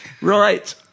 Right